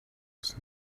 was